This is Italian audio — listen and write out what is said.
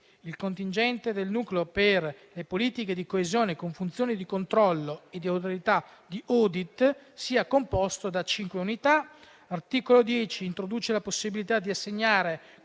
il contingente del Nucleo per le politiche di coesione, con funzioni di controllo e di autorità di *audit*, sia composto da cinque unità.